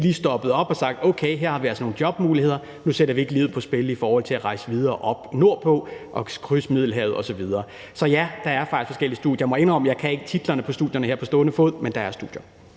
lige er stoppet op og har sagt: Okay, her er der altså nogle jobmuligheder, så nu sætter vi ikke livet på spil i forhold til at rejse videre op nordpå og krydse Middelhavet osv. Så ja, der er faktisk forskellige studier. Jeg må indrømme, at jeg ikke kan titlerne på studierne her på stående fod, men der er studier.